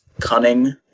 cunning